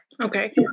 Okay